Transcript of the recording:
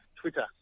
Twitter